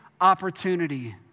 opportunity